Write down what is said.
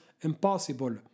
impossible